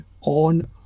on